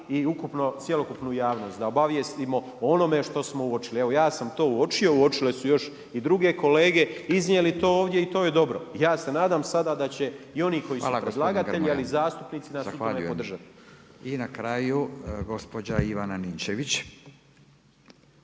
i ukupno cjelokupnu javnost da obavijestimo o onome što smo uočili. Evo ja sam to uočio, uočile su još i druge kolege, iznijeli to ovdje i to je dobro. Ja se nadam sada da će i oni koji su predlagatelji, ali i zastupnici nas u tome podržati. **Radin, Furio (Nezavisni)**